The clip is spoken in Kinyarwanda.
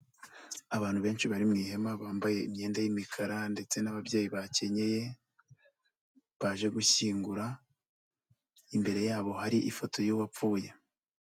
Abantu benshi bari mu ihema bambaye imyenda y'imikara ndetse n'ababyeyi bakenyeye baje gushyingura, imbere yabo hari ifoto y'uwapfuye.